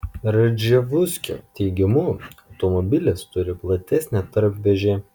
rževuskio teigimu automobilis turi platesnę tarpvėžę